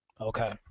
Okay